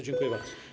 Dziękuję bardzo.